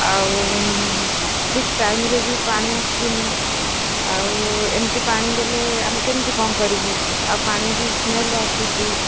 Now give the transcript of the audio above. ଆଉ ଠିକ୍ ଟାଇମ୍ରେ ବି ପାଣି ଆସୁନି ଆଉ ଏମିତି ପାଣି ଦେଲେ ଆମେ କେମିତି କ'ଣ କରିବୁ ଆଉ ପାଣି ବି ସ୍ମେଲ ଆସୁଛି